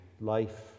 Life